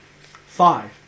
Five